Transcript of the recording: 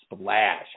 Splash